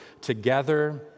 together